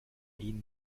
ihnen